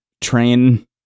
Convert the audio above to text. train